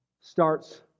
starts